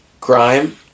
Crime